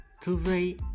today